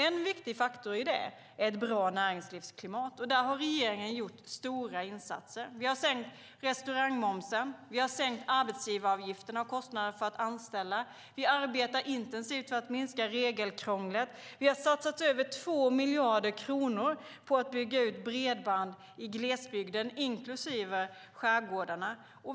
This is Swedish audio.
En viktig faktor i det är ett bra näringslivsklimat, och där har regeringen gjort stora insatser. Vi har sänkt restaurangmomsen, vi har sänkt arbetsgivaravgifterna och kostnaderna för att anställa, vi arbetar intensivt för att minska regelkrånglet och vi har satsat över 2 miljarder kronor på att bygga ut bredband i glesbygden, inklusive skärgårdarna.